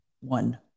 one